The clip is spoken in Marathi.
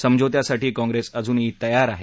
समझोत्यासाठी काँप्रेस अजूनही तयार आहे